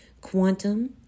quantum